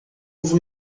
vou